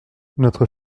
notre